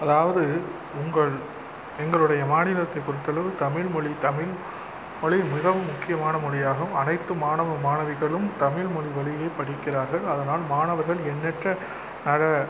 அதாவது உங்கள் எங்களுடைய மாநிலத்தை பொறுத்தளவு தமிழ்மொழி தமிழ் மொழி மிகவும் முக்கியமான மொழியாகும் அனைத்து மாணவ மாணவிகளும் தமிழ் மொழி வழியில் படிக்கிறார்கள் அதனால் மாணவர்கள் எண்ணற்ற நற